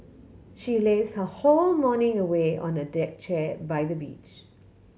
she lazed her whole morning away on a deck chair by the beach